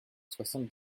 soixante